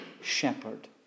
shepherd